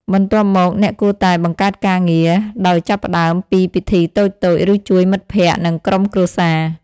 បន្ទាប់មក អ្នកគួរតែ បង្កើតការងារ ដោយចាប់ផ្តើមពីពិធីតូចៗ ឬជួយមិត្តភក្តិ និងក្រុមគ្រួសារ។